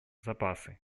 запасы